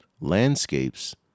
landscapes